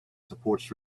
supports